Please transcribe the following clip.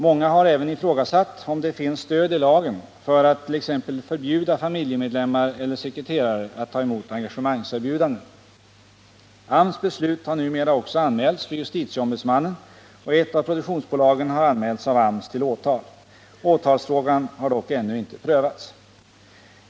Många har även ifrågasatt, om det finns stöd i lagen för att t.ex. förbjuda familjemedlemmar eller sekreterare att ta emot engagemangserbjudanden. AMS beslut har numera också anmälts för justitieombudsmannen, och ett av produktionsbolagen har anmälts av AMS till åtal. Åtalsfrågan har dock ännu inte prövats.